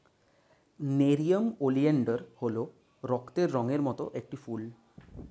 nerium oleander হল রক্তের রঙের মত একটি ফুল